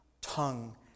tongue